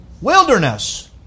Wilderness